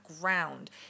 ground